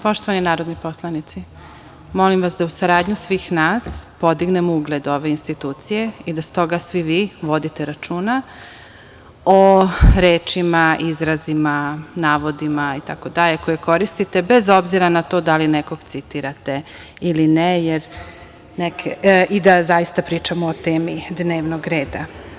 Poštovani narodi poslovni, molim vas da uz saradnju svih nas podignemo ugled ove institucije i da stoga svi vi vodite računa o rečima, izrazima, navodima itd. koje koristite, bez obzira na to da li nekoga citirate ili ne, i da zaista pričamo o temi dnevnog reda.